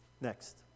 Next